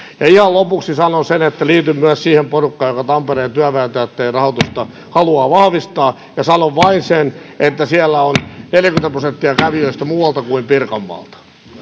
ja ihan lopuksi sanon sen että liityn myös siihen porukkaan joka tampereen työväen teatterin rahoitusta haluaa vahvistaa ja sanon vain sen että siellä on neljäkymmentä prosenttia kävijöistä muualta kuin pirkanmaalta